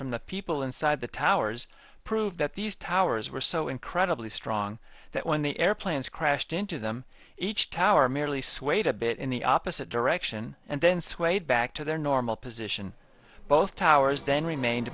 from the people inside the towers prove that these towers were so incredibly strong that when the airplanes crashed into them each tower merely swayed a bit in the opposite direction and then swayed back to their normal position both towers then remained